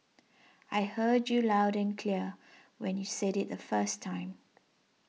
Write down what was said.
I heard you loud and clear when you said it the first time